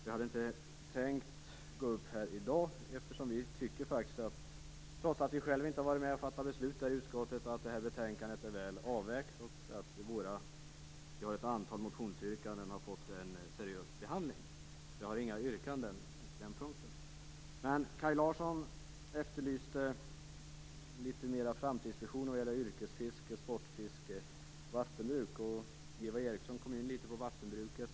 Jag hade inte tänkt delta i debatten i dag, eftersom vi trots att vi själva inte har varit med och fattat beslut i utskottet tycker att det här betänkandet är väl avvägt. Vi har ett antal motionsyrkanden och de har fått en seriös behandling. Jag har inga yrkanden på den punkten. Men Kaj Larsson efterlyste litet mer framtidsvisioner vad gäller yrkesfiske, sportfiske och vattenbruk. Eva Eriksson kom in litet på vattenbruket.